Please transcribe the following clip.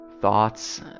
thoughts